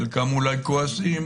חלקם אולי כועסים.